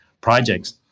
projects